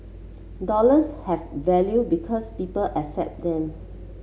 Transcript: dollars have value because people accept them